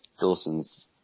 Dawson's